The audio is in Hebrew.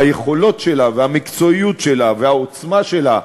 והיכולת שלה והמקצועיות שלה והעוצמה שלה,